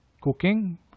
cooking